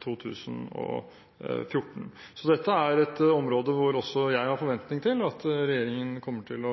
2014. Dette er et område hvor også jeg har forventning til at regjeringen kommer til å